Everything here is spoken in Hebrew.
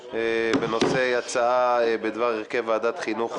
בנושא: הצעה בדבר הרכב ועדת החינוך,